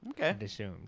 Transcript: Okay